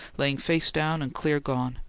laying face down, and clear gone.